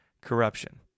corruption